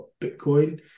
Bitcoin